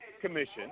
commission